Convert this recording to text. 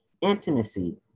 intimacy